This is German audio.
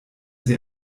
sie